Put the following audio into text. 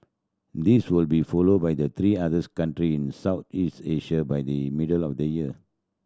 this will be followed by the three others country in Southeast Asia by the middle of the year